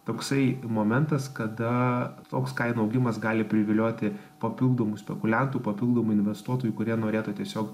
toksai momentas kada toks kainų augimas gali privilioti papildomų spekuliantų papildomų investuotojų kurie norėtų tiesiog